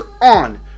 on